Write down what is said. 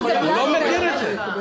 הוא לא אמר את זה.